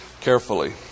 carefully